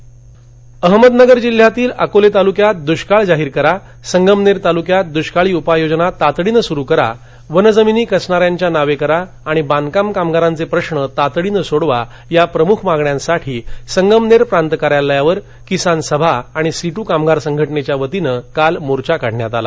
अहमदनगर अहमदनगर जिल्ह्यातील अकोले तालुक्यात दुष्काळ जाहीर करा संगमनेर तालुक्यात दुष्काळी उपाययोजना तातडीने सुरु करा वनजमिनी कसणारांच्या नावे करा आणि बांधकाम कामगारांचे प्रश्न तातडीने सोडवा या प्रमुख मागण्यांसाठी संगमनेर प्रांत कार्यालयावर किसान सभा आणि सिट्ट कामगार संघटनेच्या वतीने काल भव्य मोर्चा काढण्यात आला